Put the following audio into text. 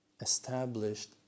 established